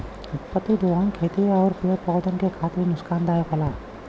अतिदोहन खेती आउर पेड़ पौधन के खातिर नुकसानदायक होला